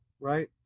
right